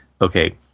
okay